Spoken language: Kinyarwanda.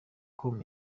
com